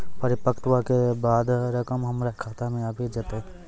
परिपक्वता के बाद रकम हमरा खाता मे आबी जेतै?